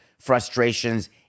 frustrations